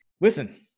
Listen